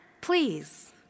please